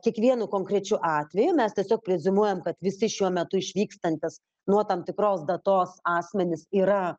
kiekvienu konkrečiu atveju mes tiesiog preziumuojam kad visi šiuo metu išvykstantys nuo tam tikros datos asmenys yra